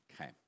Okay